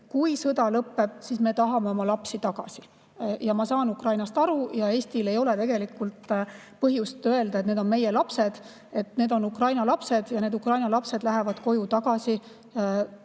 "Kui sõda lõpeb, siis me tahame oma lapsi tagasi." Ja ma saan Ukrainast aru. Eestil ei ole tegelikult põhjust öelda, et need on meie lapsed. Need on Ukraina lapsed ja nad lähevad koju tagasi.